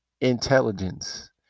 intelligence